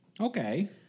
Okay